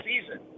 season